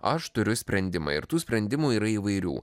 aš turiu sprendimą ir tų sprendimų yra įvairių